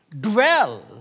dwell